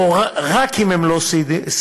או רק אם הם לא סיעודיים,